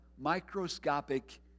microscopic